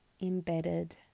embedded